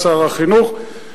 שר החינוך,